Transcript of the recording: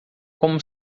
como